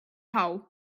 hole